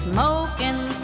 Smoking